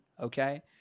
Okay